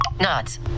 Nuts